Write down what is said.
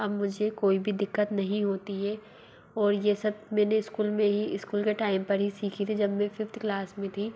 अब मुझे कोई भी दिक्कत नहीं होती है और ये सब मैंने इस्कूल में ही इस्कूल के टाइम पर ही सीखी थी जब मैं फिफ्थ क्लास में थी